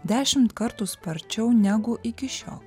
dešimt kartų sparčiau negu iki šiol